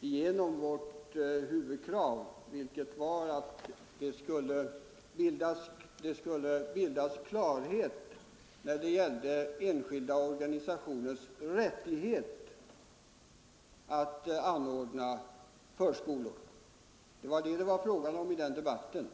igenom vårt huvudkrav, vilket var att det skulle skapas klarhet om enskilda organisationers rättighet att anordna förskolor. Det var detta som det var fråga om i den debatten.